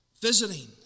Visiting